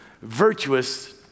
virtuous